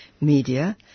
Media